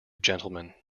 gentlemen